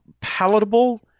palatable